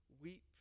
weep